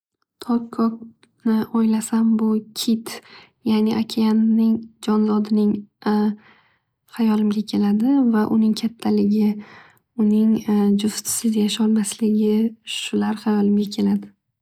Tok ko'kni o'ylasam bu kit yani okeanning jonzodi hayolimga keladi. Va uning kattaligi uning juftsiz yasholmasligi shular hayolimga keladi.